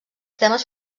temes